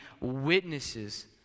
witnesses